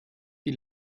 die